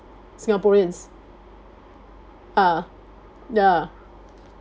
singaporeans ah ya